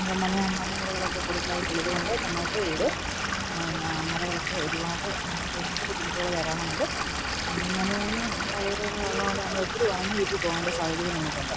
മല മലനിരകളൊക്കെ കൂടുതലായിട്ടുള്ളതു കൊണ്ട് നമുക്ക് ഇത് എന്നാൽ മലകളൊക്കെ ഒരുപാട് നമുക്കതിനുള്ള ബുദ്ധിമുട്ടുകൾ ധാരാളമുണ്ട് മലകൾ താഴ്വരകളും ഉള്ളതു കൊണ്ട് നമ്മളൊത്തിരി വളഞ്ഞു ചുറ്റി പോകേണ്ട സാഹചര്യം നമുക്കുണ്ട്